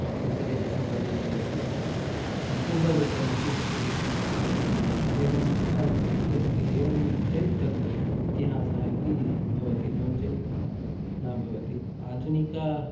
उपदेशसमन्वितमपि अस्ति पूर्ववृत्तमपि अस्ति एवं कथायुक्तमपि अस्ति एवं चेत् तत् इतिहासः इति भवति नो चेत् न भवति आधुनिक